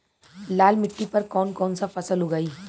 लाल मिट्टी पर कौन कौनसा फसल उगाई?